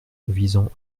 visant